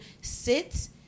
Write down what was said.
sit